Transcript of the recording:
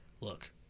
look